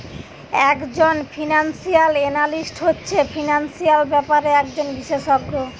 একজন financial analyst হচ্ছে financial ব্যাপারে একজন বিশেষজ্ঞ